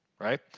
right